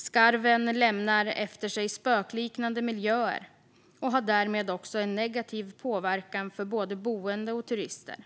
Skarven lämnar efter sig spökliknande miljöer och har därmed också en negativ påverkan för både boende och turister.